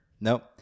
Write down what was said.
Nope